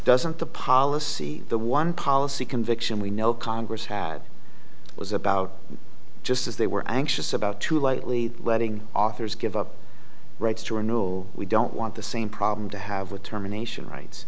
doesn't the policy the one policy conviction we know congress had was about just as they were anxious about too lightly letting authors give up rights to renewal we don't want the same problem to have with terminations rights